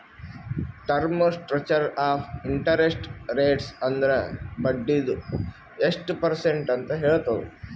term structure of interest rates ಅಂದುರ್ ಬಡ್ಡಿದು ಎಸ್ಟ್ ಪರ್ಸೆಂಟ್ ಅಂತ್ ಹೇಳ್ತುದ್